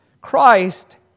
Christ